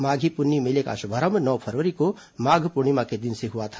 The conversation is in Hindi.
माधी पुन्नी मेले का शुभारंभ नौ फरवरी को माघ पुर्णिमा के दिन से हआ था